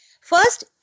First